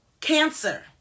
cancer